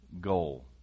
goal